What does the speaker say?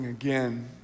Again